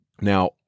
Now